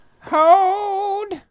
Hold